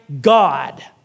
God